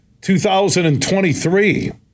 2023